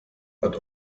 hat